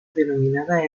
denominada